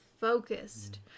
focused